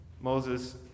Moses